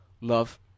Love